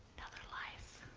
life.